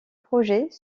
projets